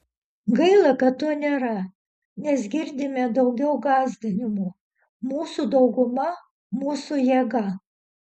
gaila kad to nėra nes girdime daugiau gąsdinimų mūsų dauguma mūsų jėga